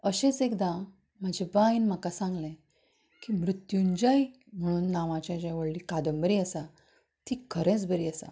अशेंच एकदां म्हज्या बायन म्हाका सांगलें की मुत्यूजंय म्हणून नांवाचे जे व्हडली कादंबरी आसा ती खरेंच बरी आसा